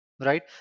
right